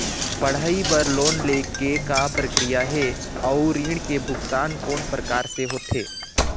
पढ़ई बर लोन ले के का प्रक्रिया हे, अउ ऋण के भुगतान कोन प्रकार से होथे?